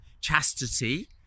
chastity